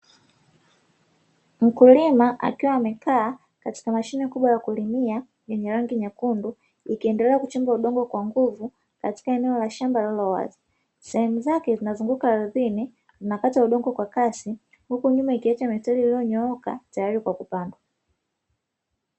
Mkulima akiwa amekaa katika mashine kubwa ya kulimia yenye rangi nyekundu ikiendelea kuchimba udongo kwa nguvu katika eneo la shamba lililowazi. Sehemu zake zinazunguka ardhini na zinakata udongo kwa kasi, huku nyuma ikiacha mistari iliyonyooka tayari kwa kupandwa.